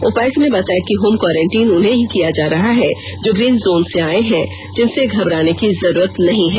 उपायुक्त ने बताया की होम क्वॉरेंटाइन उन्हें ही किया जा रहा है जो ग्रीन जोन से आए हैं जिनसे घबराने की जरूरत नहीं है